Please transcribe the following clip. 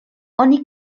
oni